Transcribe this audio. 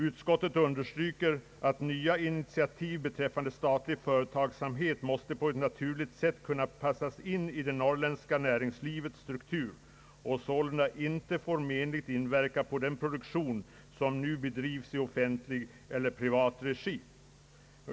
Utskottet vill understryka att nya initiativ beträffande statlig företagsamhet måste på ett naturligt sätt kunna inpassas i det norrländska näringslivets struktur och sålunda inte får menligt inverka på den produktion som nu bedrives i offentlig eller privat regi.